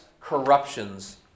corruptions